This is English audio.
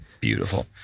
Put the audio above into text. beautiful